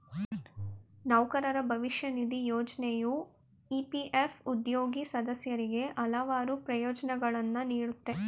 ನೌಕರರ ಭವಿಷ್ಯ ನಿಧಿ ಯೋಜ್ನೆಯು ಇ.ಪಿ.ಎಫ್ ಉದ್ಯೋಗಿ ಸದಸ್ಯರಿಗೆ ಹಲವಾರು ಪ್ರಯೋಜ್ನಗಳನ್ನ ನೀಡುತ್ತೆ